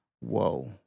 Whoa